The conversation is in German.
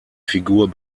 figur